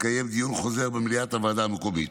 שיתקיים דיון חוזר במליאת הוועדה המקומית.